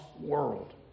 world